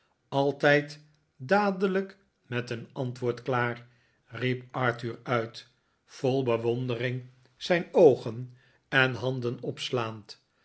altijd dadelijk met een antwoord klaar riep arthur uit vol bewondering zijn oogen en handen opslaand